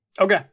Okay